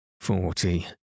Forty